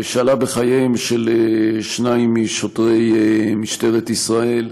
שעלה בחייהם של שניים משוטרי משטרת ישראל,